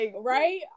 right